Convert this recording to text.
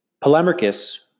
Polemarchus